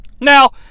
Now